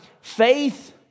faith